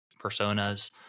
personas